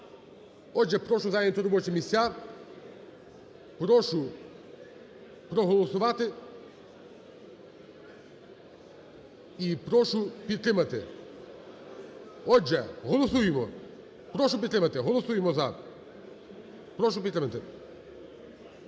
Отже, прошу зайняти робочі місця. Прошу проголосувати. І прошу підтримати. Отже, голосуємо. Прошу підтримати. Голосуємо "за". Прошу підтримати.